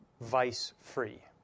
vice-free